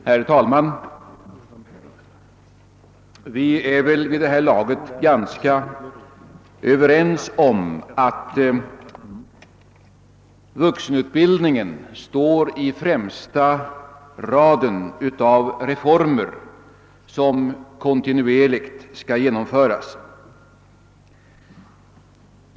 Herr talman! Vi är väl vid det här laget ganska överens om att vuxenutbildningen står i främsta raden av reformer som kontinuerligt skall genomföras.